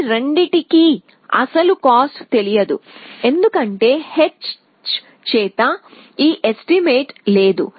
ఈ రెండింటికీ అసలు కాస్ట్ తెలియదు ఎందుకంటే h చేత ఈ ఎస్టిమేట్ లేదు